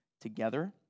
together